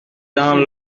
dans